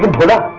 bhola